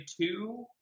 two